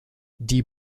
die